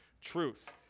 truth